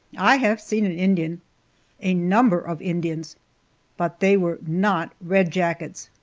i have seen an indian a number of indians but they were not red jackets,